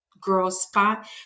girlspot